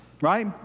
right